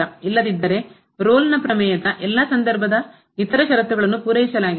ಇಲ್ಲದಿದ್ದರೆ ರೋಲ್ನ ಪ್ರಮೇಯದ ಎಲ್ಲಾ ಸಂದರ್ಭದ ಇತರ ಷರತ್ತುಗಳನ್ನು ಪೂರೈಸಲಾಗಿದೆ